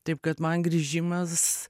taip kad man grįžimas